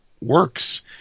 works